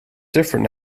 different